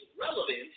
relevant